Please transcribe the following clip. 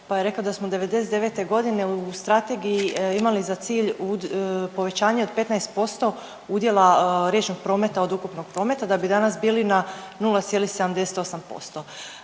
pa je rekao da smo '99.g. u strategiji imali za cilj povećanje od 15% udjela riječnog prometa od ukupnog prometa da bi danas bili na 0,78%.